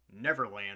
Neverland